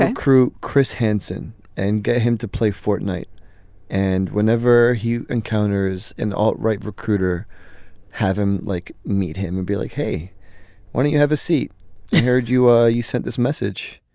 ah crew chris hansen and get him to play fortnight and whenever he encounters an all right recruiter have him like meet him and be like hey why don't you have a seat. i heard you. ah you sent this message